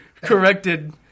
corrected